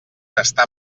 està